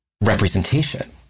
representation